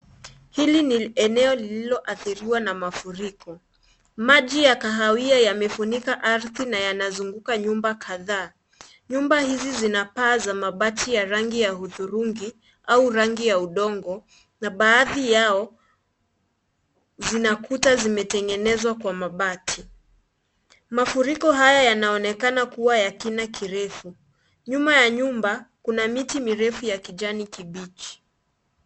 Hili ni eneo lililoathiriwa na mafuriko. Maji ya kahawia yamefurika ardhi na yanafunika nyumba kadhaa. Nyumba hizi zina paa za mabati ya hudhurungi au rangi ya udongo na baadhi yao zina kuta zimetengenezwa kwa mabati. Mafuriko hayo yanaonekana kuwa ya kina kirefu. Nyuma ya nyumba kuna miti mirefu ya kijani kibichi.